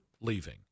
leaving